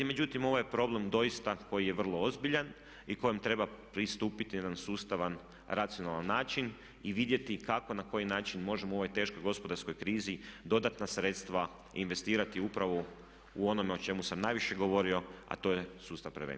Međutim, ovo je problem doista koji je vrlo ozbiljan i kojem treba pristupiti na jedan sustavan, racionalan način i vidjeti kako, na koji način možemo u ovoj teškoj gospodarskoj krizi dodatna sredstva investirati upravo u onome o čemu sam najviše govorio a to je sustav prevencije.